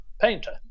painter